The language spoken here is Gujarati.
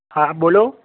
હા બોલો